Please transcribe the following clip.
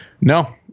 No